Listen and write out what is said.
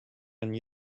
and